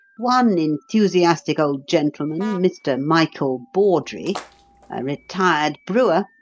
one enthusiastic old gentleman mr. michael bawdrey, a retired brewer,